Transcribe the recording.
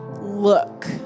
look